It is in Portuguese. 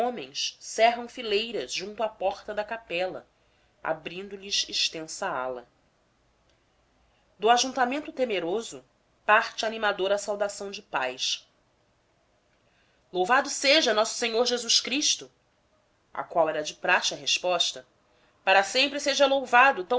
homens cerram fileiras junto à porta da capela abrindo lhes extensa ala do ajuntamento temeroso parte animadora saudação de paz louvado seja nosso senhor jesus cristo à qual era de praxe a resposta para sempre seja louvado